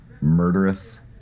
Murderous